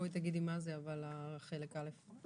תגידי מה זה חלק א'.